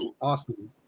Awesome